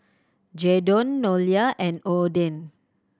Jaydon Nolia and Odin